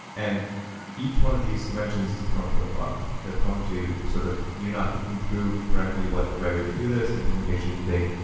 and each one of these dimensions is prone to a bug. they're prone to sort of you not thinking through correctly what the right way to do this, the implementation thing.